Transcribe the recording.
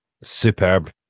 superb